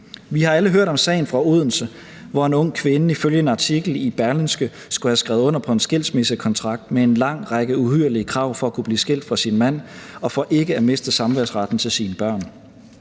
Vi har alle hørt om sagen fra Odense, hvor en ung kvinde ifølge en artikel i Berlingske skulle have skrevet under på en skilsmissekontrakt med en lang række uhyrlige krav for at kunne blive skilt fra sin mand og for ikke at miste samværsretten til sine børn.